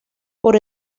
por